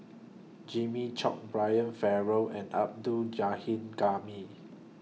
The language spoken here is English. Jimmy Chok Brian Farrell and Abdul